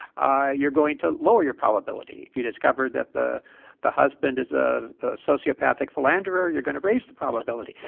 ah you're going to lower your probability. if you discover that the the husband is a sociopathic philanderer, you're going to raise the probability.